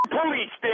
police